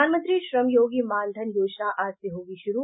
प्रधानमंत्री श्रम योगी मान धन योजना आज से होगी शुरू